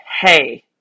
hey